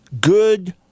good